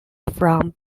from